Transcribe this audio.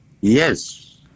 Yes